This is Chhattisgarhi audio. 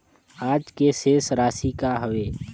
आज के शेष राशि का हवे?